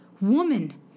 woman